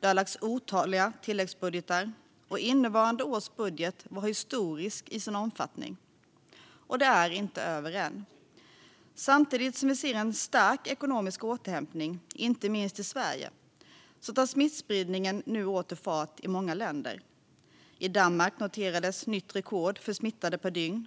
Det har lagts fram otaliga tilläggsbudgetar, och innevarande års budget var historisk i sin omfattning. Och det är inte över än. Samtidigt som vi ser en stark ekonomisk återhämtning, inte minst i Sverige, tar smittspridningen nu åter fart i många länder. I Danmark noteras nytt rekord för smittade per dygn,